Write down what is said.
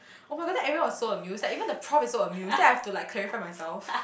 [oh]-my-god then everyone was so amused like even the prof is so amused then I have to like clarify myself